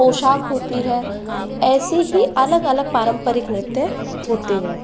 पोशाक होती है ऐसे ही अलग अलग पारंपरिक नृत्य होते हैं